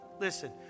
listen